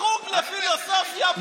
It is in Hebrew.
החוג לפילוסופיה בוכה מה יצא ממנו,